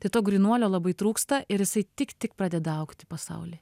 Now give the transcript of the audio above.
tai to grynuolio labai trūksta ir jisai tik tik pradeda augti pasaulyje